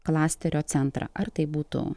klasterio centrą ar tai būtų